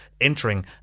Entering